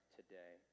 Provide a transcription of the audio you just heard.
today